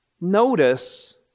Notice